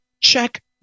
Check